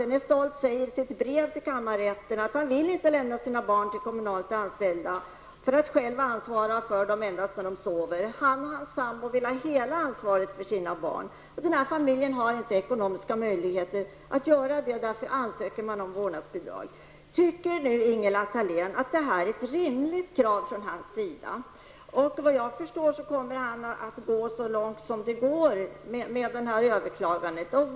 Denne Stolt säger i sitt brev till kammarrätten att han inte vill lämna sina barn till kommunalt anställda för att själv endast ansvara för dem när de sover. Han och hans sambo vill ha hela ansvaret för sina barn. Den här familjen har inte ekonomiska möjligheter att göra detta. Därför ansökte man om vårdnadsbidrag. Tycker Ingela Thalén att det är ett rimligt krav från hans sida? Efter vad jag förstår kommer han att överklaga så långt det går.